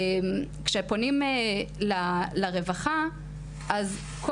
כשפונים לרווחה אז,